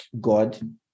God